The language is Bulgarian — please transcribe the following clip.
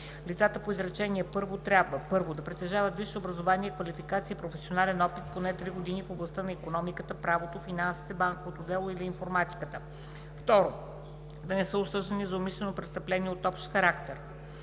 Лицата по изречение първо трябва: 1. да притежават висше образование, квалификация и професионален опит поне три години в областта на икономиката, правото, финансите, банковото дело или информатиката; 2. да не са осъждани за умишлено престъпление от общ характер;